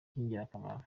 cy’ingirakamaro